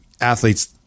athletes